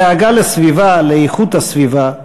הדאגה לסביבה, לאיכות הסביבה,